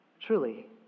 Truly